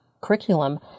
curriculum